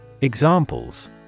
Examples